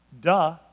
Duh